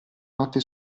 notte